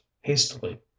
hastily